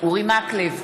אורי מקלב,